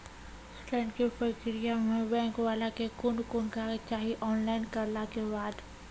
ऋण के प्रक्रिया मे बैंक वाला के कुन कुन कागज चाही, ऑनलाइन करला के बाद?